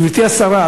גברתי השרה,